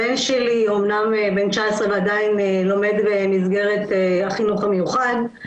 הבן שלי אומנם בן 19 ועדיין לומר במסגרת החינוך המיוחד,